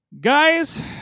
Guys